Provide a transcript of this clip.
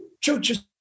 churches